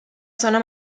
zona